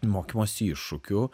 mokymosi iššūkių